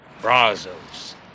Brazos